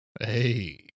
Hey